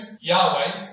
Yahweh